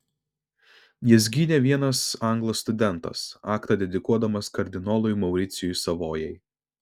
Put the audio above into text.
jas gynė vienas anglas studentas aktą dedikuodamas kardinolui mauricijui savojai